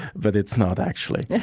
but it's not actually